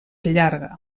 llarga